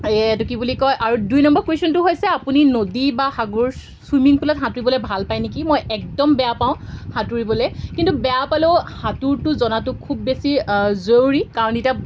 এইটো কি বুলি কয় আৰু দুই নম্বৰ কুৱেশ্যনটো হৈছে আপুনি নদী বা সাগৰ ছুইমিং পুলত সাঁতুৰিবলৈ ভাল পায় নেকি মই একদম বেয়া পাওঁ সাঁতুৰিবলৈ কিন্তু বেয়া পালেও সাঁতোৰটো জনাটো খুব বেছি জৰুৰী কাৰণ এতিয়া